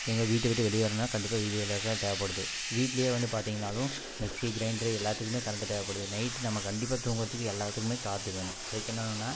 எங்கள் வீட்டை விட்டு வெளிய வரணும்னா கண்டிப்பாக வீதி விளக்கெல்லாம் தேவைப்படுது வீட்டுலயே வந்து பார்த்திங்கனாலும் மிக்ஸி கிரைண்டர் எல்லாத்துக்குமே கரண்ட்டு தேவைப்படுது நைட்டு நம்ம கண்டிப்பாக தூங்குகிறத்துக்கு எல்லாத்துக்குமே காற்று வேணும் அதுக்கு என்ன வேணும்னா